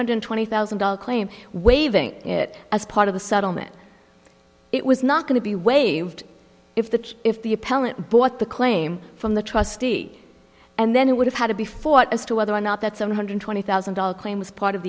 hundred twenty thousand dollars claim waiving it as part of the settlement it was not going to be waived if the if the appellant bought the claim from the trustee and then it would have had to be fought as to whether or not that seven hundred twenty thousand dollars claim was part of